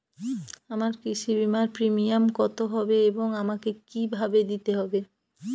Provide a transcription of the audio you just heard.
আমার কৃষি বিমার প্রিমিয়াম কত হবে এবং আমাকে কি ভাবে দিতে হবে?